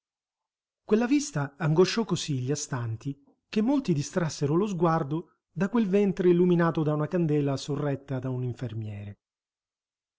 quella vista angosciò così gli astanti che molti distrassero lo sguardo da quel ventre illuminato da una candela sorretta da un infermiere